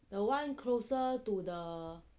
the one closer to the